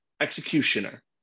executioner